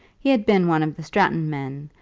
he had been one of the stratton men,